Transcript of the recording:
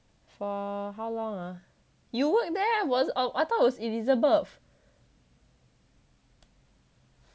for how long ah you work there was I thought it was elizabeth